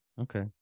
Okay